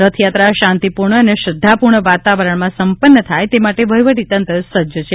રથયાત્રા શાંતિપૂર્ણ અને શ્રધ્ધાપૂર્ણ વાતાવરણમાં સંપન્ન થાય તે માટે વહીવટીતંત્ર સજ્જ છે